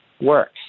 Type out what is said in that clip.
works